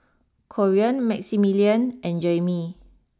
Corean Maximilian and Jaimee